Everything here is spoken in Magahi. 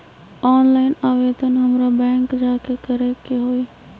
ऑनलाइन आवेदन हमरा बैंक जाके करे के होई?